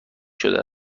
شده